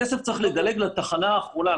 הכסף צריך לדלג לתחנה האחרונה,